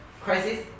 Crisis